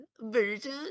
version